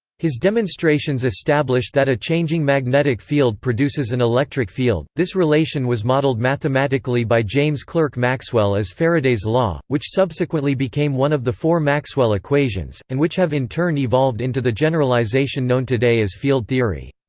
his demonstrations established that a changing magnetic field produces an electric field this relation was modelled mathematically by james clerk maxwell as faraday's law, which subsequently became one of the four maxwell equations, and which have in turn evolved into the generalization known today as field theory.